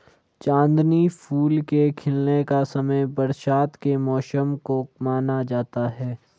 चांदनी फूल के खिलने का समय बरसात के मौसम को माना जाता है